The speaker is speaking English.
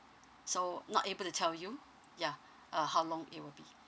so not able to tell you yeah uh how long it will be